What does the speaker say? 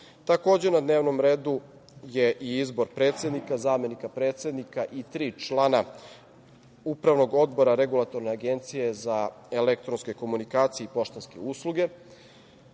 zakonom. Takođe, na dnevnom redu je i izbor predsednika, zamenika predsednika i tri člana Upravnog odbora regulatorne Agencije za elektronske komunikacije i poštanske usluge.